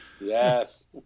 Yes